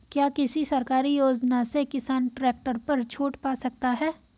क्या किसी सरकारी योजना से किसान ट्रैक्टर पर छूट पा सकता है?